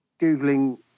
Googling